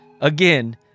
Again